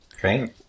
Great